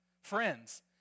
friends